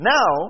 Now